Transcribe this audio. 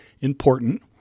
important